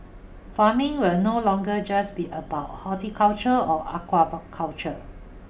farming will no longer just be about horticulture or aqua culture